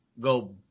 go